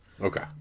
Okay